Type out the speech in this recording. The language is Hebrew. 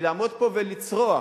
ולעמוד פה ולצרוח,